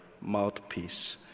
mouthpiece